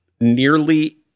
nearly